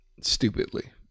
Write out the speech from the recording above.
stupidly